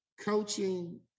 coaching